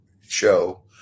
show